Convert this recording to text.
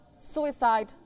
suicide